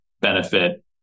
benefit